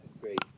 Great